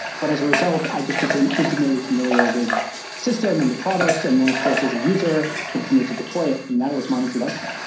but as a result, i just became intimately familiar with the system and the product, and then of course as a user, continue to deploy it, and that was my introduction.